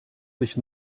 sich